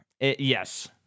Yes